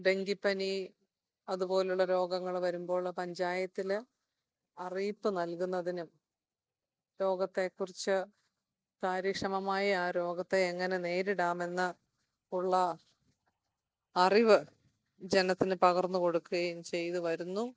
ഡെങ്കിപ്പനി അതുപോലെയുള്ള രോഗങ്ങൾ വരുമ്പോൾ പഞ്ചായത്തിൽ അറിയിപ്പ് നൽകുന്നതിനും രോഗത്തെ കുറിച്ച് കാര്യക്ഷമമായി ആ രോഗത്തെ എങ്ങനെ നേരിടാമെന്ന് ഉള്ള അറിവ് ജനത്തിന് പകർന്നു കൊടുക്കുകയും ചെയ്തു വരുന്നു